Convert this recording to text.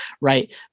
Right